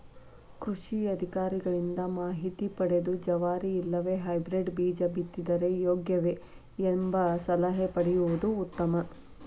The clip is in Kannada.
ಕೃಷಿ ಅಧಿಕಾರಿಗಳಿಂದ ಮಾಹಿತಿ ಪದೆದು ಜವಾರಿ ಇಲ್ಲವೆ ಹೈಬ್ರೇಡ್ ಬೇಜ ಬಿತ್ತಿದರೆ ಯೋಗ್ಯವೆ? ಎಂಬ ಸಲಹೆ ಪಡೆಯುವುದು ಉತ್ತಮ